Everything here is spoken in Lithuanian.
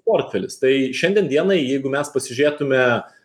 portfelis tai šiandien dienai jeigu mes pasižiūrėtume